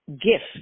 gift